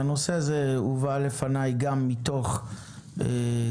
הנושא הזה הובא לפני גם מתוך דיונים